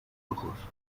ojos